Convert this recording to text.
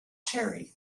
cherry